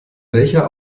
welcher